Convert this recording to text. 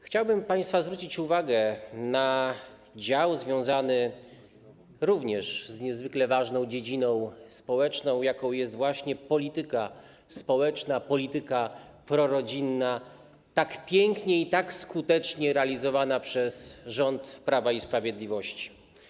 Chciałbym zwrócić państwa uwagę na dział związany z również niezwykle ważną dziedziną społeczną, jaką jest polityka społeczna, polityka prorodzinna, tak pięknie i tak skutecznie realizowana przez rząd Prawa i Sprawiedliwości.